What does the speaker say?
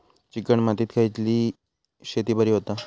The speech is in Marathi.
चिकण मातीत खयली शेती बरी होता?